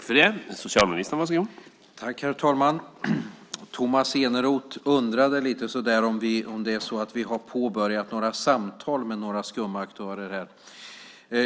Herr talman! Tomas Eneroth undrade lite om vi har påbörjat samtal med några skumma aktörer.